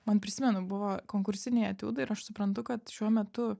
man prisimenu buvo konkursiniai etiudai ir aš suprantu kad šiuo metu